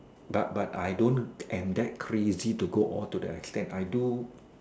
but but I don't am that crazy to go all to the extent I do